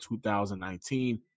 2019